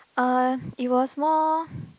uh it was more